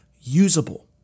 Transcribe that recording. usable